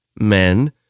men